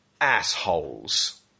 assholes